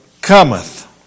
cometh